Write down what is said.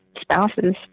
spouses